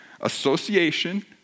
Association